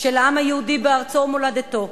של העם היהודי בארצו ומולדתו,